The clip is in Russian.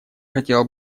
хотела